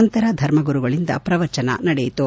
ನಂತರ ಧರ್ಮಗುರುಗಳಿಂದ ಪ್ರವಚನ ನಡೆಯಿತು